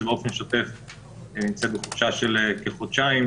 באופן שוטף נמצאת בחופשה של חודשים,